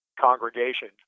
congregation